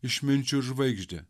išminčių žvaigždę